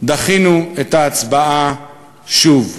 דחינו את ההצבעה שוב.